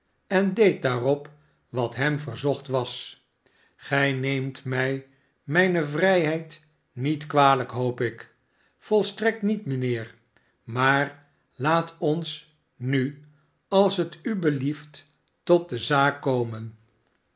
en deed daarop wat hem verzocht was gij neemt mij mijne vrijheid niet kwalijk hoop ik volstrektniet mijnheer maar laat ons nu als het u belieft tot de zaak komen